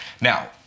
Now